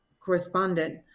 correspondent